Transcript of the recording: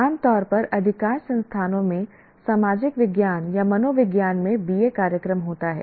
आम तौर पर अधिकांश संस्थानों में सामाजिक विज्ञान या मनोविज्ञान में BA कार्यक्रम होता है